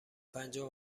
پنجاه